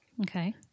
Okay